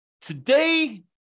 today